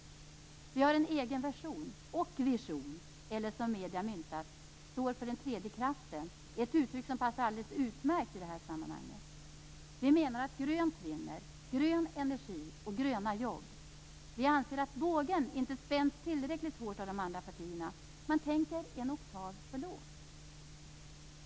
Vi har en egen version och vision eller - som medierna myntat - vi står för den tredje kraften. Det är ett uttryck som passar alldeles utmärkt i detta sammanhang. Vi menar att grönt vinner, grön energi och gröna jobb. Vi anser att bågen inte spänns tillräckligt hårt av de andra partierna. Man tänker en oktav för lågt.